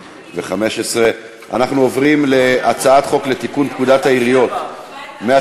התשע"ו 2015. אנחנו עוברים להצעת חוק לתיקון פקודת העיריות (מס'